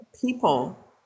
people